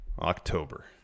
October